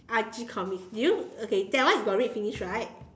Archie comics do you okay that one you got read finish right